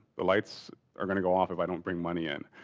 the lights are gonna go off if i don't bring money in.